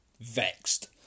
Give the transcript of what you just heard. vexed